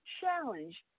challenge